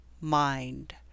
mind